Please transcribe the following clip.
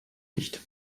nicht